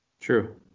True